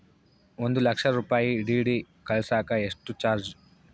ಒಂದು ಲಕ್ಷ ರೂಪಾಯಿ ಡಿ.ಡಿ ಕಳಸಾಕ ಎಷ್ಟು ಚಾರ್ಜ್?